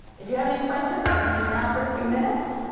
if you have any questions, i can hang around for a few minutes,